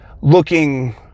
looking